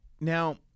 Now